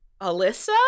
Alyssa